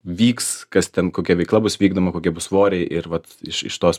vyks kas ten kokia veikla bus vykdoma kokie bus svoriai ir vat iš iš tos